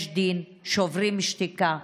יש דין, שוברים שתיקה.